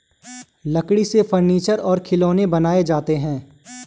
लकड़ी से फर्नीचर और खिलौनें बनाये जाते हैं